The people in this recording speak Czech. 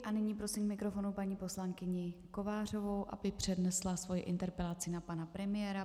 A nyní prosím k mikrofonu paní poslankyni Kovářovou, aby přednesla svoji interpelaci na pana premiéra.